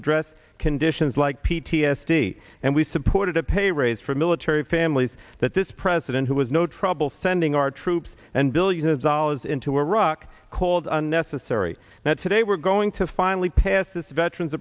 address conditions like p t s d and we supported a pay raise for military families that this president who has no trouble sending our troops and billions of dollars into iraq called unnecessary that's today we're going to finally pass this veterans